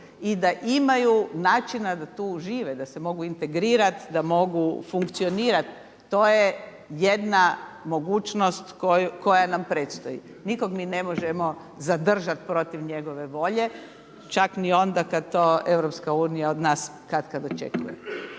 i da imaju načina da tu žive, da se mogu integrirati, da mogu funkcionirati, to je jedna mogućnost koja nam predstoji. Nikog mi ne možemo zadržati protiv njegove volje čak ni onda kada to Europska unija od nas katkad očekuje.